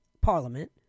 parliament